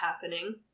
happening